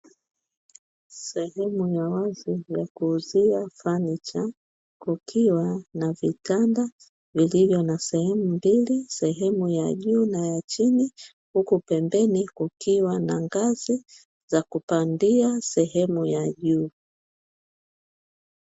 Sehemu ya wazi ya kuuzia fanicha, kukiwa na vitanda vilivyo na sehemu mbili, sehemu ya juu na ya chini, huku pembeni kukiwa na ngazi za kupandia sehemu ya juu.